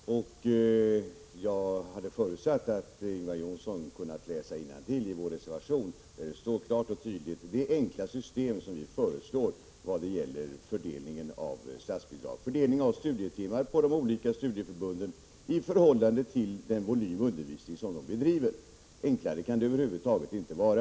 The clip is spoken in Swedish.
Herr talman! I motsats till Lennart Alsén är jag inte särskilt imponerad av Ingvar Johnssons betygsättning. Jag förutsatte att Ingvar Johnsson kunde läsa innantill i vår reservation, där vi klart och tydligt redovisar det enkla system som vi föreslår för fördelning av statsbidrag. Fördelningen av studietimmar på de olika studieförbunden skall göras i förhållande till volymen av den undervisning som de bedriver. Enklare kan det över huvud taget inte vara.